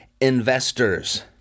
Investors